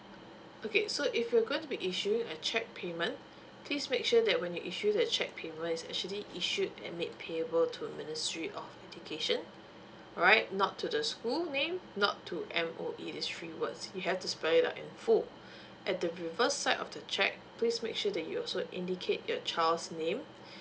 okay so if you're going to be issuing a check payment please make sure that when you issue the check payments it's actually issued and made payable to ministry of education alright not to the school name not to M_O_E this three words you have to spell it out in full at the reverse side of the check please make sure that you also indicate your child's name